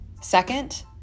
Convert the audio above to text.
Second